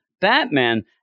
Batman